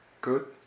Good